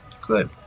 Good